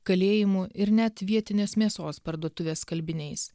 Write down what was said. kalėjimų ir net vietinės mėsos parduotuvės skalbiniais